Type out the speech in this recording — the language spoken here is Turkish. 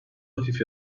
hafif